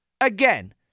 Again